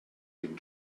been